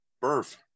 birth